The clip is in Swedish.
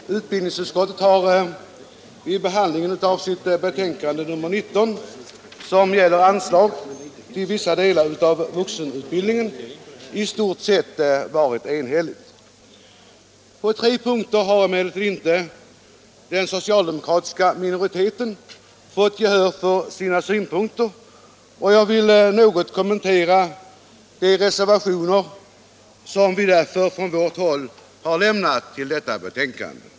Herr talman! Utskottet har vid behandlingen av detta ärende, som gäller anslag till vissa delar av vuxenutbildningen, i stort sett varit enigt. På tre punkter har emellertid inte den socialdemokratiska minoriteten vunnit gehör för sina synpunkter, och jag vill något kommentera de reservationer som vi därför från vårt håll fogat till utskottets betänkande.